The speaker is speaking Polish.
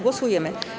Głosujemy.